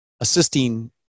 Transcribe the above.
assisting